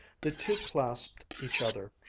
the two clasped each other,